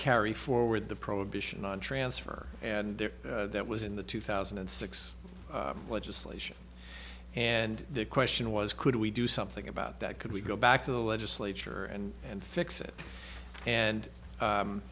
carry forward the prohibition on transfer and there that was in the two thousand and six legislation and the question was could we do something about that could we go back to the legislature and and fix it and